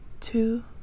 two